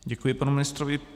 Děkuji panu ministrovi.